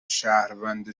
شهروند